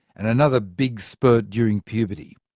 and another big spurt during puberty.